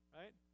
right